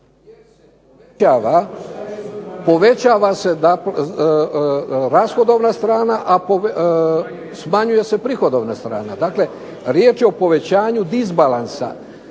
povećava se rashodovna strana, a smanjuje se prihodovna strana. Dakle riječ je o povećanju disbalansa.